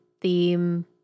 theme